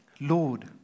Lord